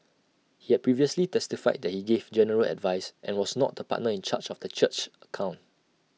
he had previously testified that he gave general advice and was not the partner in charge of the church's accounts